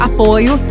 Apoio